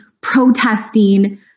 protesting